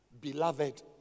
beloved